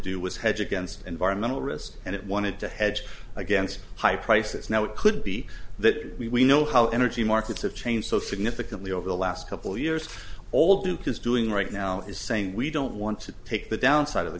do was hedge against environmental risk and it wanted to hedge against high prices now it could be that we know how energy markets have changed so significantly over the last couple years all duke is doing right now is saying we don't want to take the downside of the